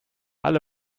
alle